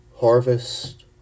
harvest